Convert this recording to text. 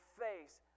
face